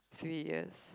three years